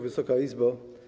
Wysoka Izbo!